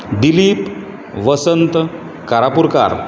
Dilip Vasant Karapurkar